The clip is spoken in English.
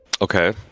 Okay